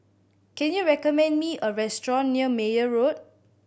can you recommend me a restaurant near Meyer Road